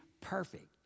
perfect